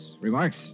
Remarks